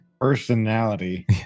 Personality